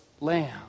lamb